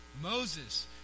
Moses